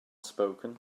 spoken